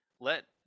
let